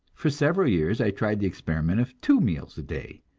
for several years i tried the experiment of two meals a day.